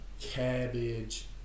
cabbage